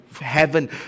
heaven